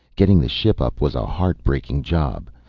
getting the ship up was a heart-breaking job.